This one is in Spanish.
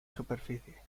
superficie